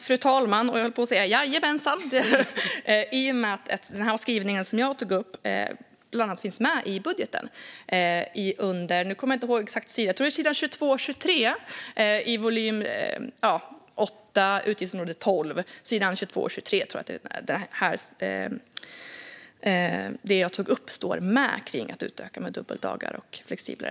Fru talman! Jajamensan, höll jag på att säga! Den skrivning som jag tog upp finns med i budgeten. Nu kommer jag inte ihåg exakt på vilken sida, men jag tror att det jag tog upp står med på sidorna 22-23 i volym 8, utgiftsområde 12. Det handlar alltså om att utöka antalet dubbeldagar och att göra det mer flexibelt.